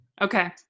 Okay